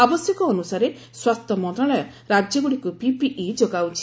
ଆବଶ୍ୟକ ଅନୁସାରେ ସ୍ୱାସ୍ଥ୍ୟ ମନ୍ତ୍ରଣାଳୟ ରାଜ୍ୟଗୁଡ଼ିକୁ ପିପିଇ ଯୋଗାଉଛି